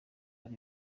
hari